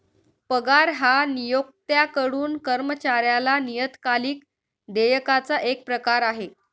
पगार हा नियोक्त्याकडून कर्मचाऱ्याला नियतकालिक देयकाचा एक प्रकार आहे